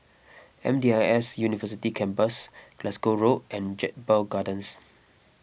M D I S University Campus Glasgow Road and Jedburgh Gardens